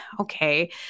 Okay